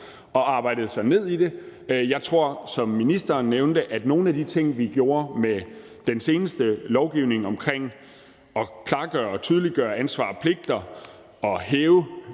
og arbejdet sig ned i det. På linje med hvad ministerens nævnte, tror jeg, at nogle af de ting, vi gjorde med den seneste lovgivning, med at klargøre og tydeliggøre ansvar og pligter og hæve